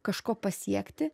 kažko pasiekti